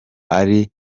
ari